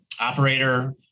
operator